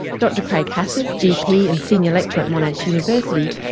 dr craig hassed, gp and senior lecturer at monash university,